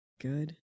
Good